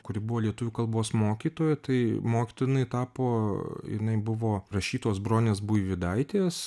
kuri buvo lietuvių kalbos mokytoja tai mokytoja jinai tapo jinai buvo rašytojos bronės buivydaitės